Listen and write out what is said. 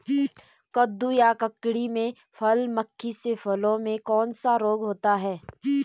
कद्दू या ककड़ी में फल मक्खी से फलों में कौन सा रोग होता है?